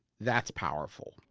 that's powerful.